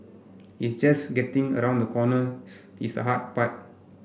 it's just getting around the corners its a hard part